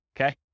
okay